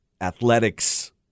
athletics